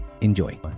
Enjoy